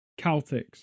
Celtics